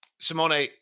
Simone